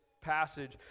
passage